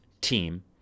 team